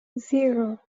zero